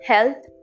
Health